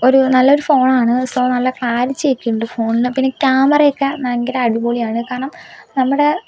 ഒരു നല്ലൊരു ഫോണാണ് സോ നല്ല ക്ലാരിറ്റിയൊക്കെയുണ്ട് ഫോണിന് പിന്നെ ക്യാമറയൊക്കെ ഭയങ്കര അടിപൊളിയാണ് കാരണം നമ്മുടെ